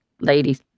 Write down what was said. Ladies